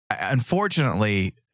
unfortunately